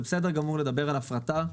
זה בסדר גמור לדבר על הפרטה,